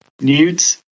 Nudes